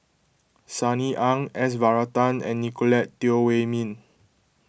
Sunny Ang S Varathan and Nicolette Teo Wei Min